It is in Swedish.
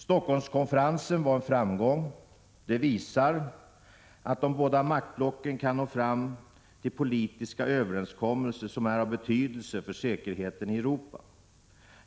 Stockholmskonferensen var en framgång. Den visar att de båda maktblocken kan nå fram till politiska överenskommelser som är av betydelse för säkerheten i Europa.